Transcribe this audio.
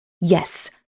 Yes